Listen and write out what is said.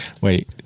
Wait